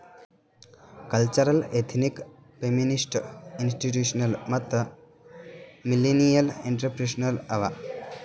cultural, ethnic, feminist, institutional ಮತ್ತ millennial entrepreneurship ಅವಾ